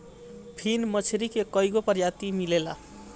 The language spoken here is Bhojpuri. फिन मछरी के कईगो प्रजाति मिलेला